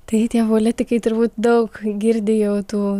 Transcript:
tai tie politikai turbūt daug girdi jau tų